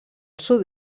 sud